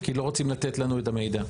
כי לא רוצים לתת לנו את המידע.